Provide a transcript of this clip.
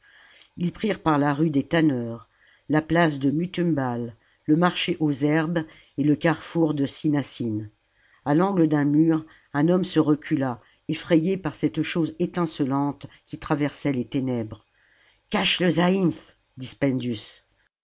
ils prirent par la rue des tanneurs la place de muthumbal le marché aux herbes et le carrefour de cynasyn a l'angle d'un mur un homme se recula effrayé par cette chose étincelante qui traversait les ténèbres cache le zaïmph